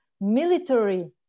military